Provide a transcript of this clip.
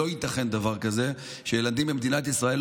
לא ייתכן דבר כזה שילדים במדינת ישראל,